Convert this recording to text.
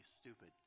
stupid